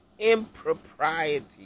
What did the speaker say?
impropriety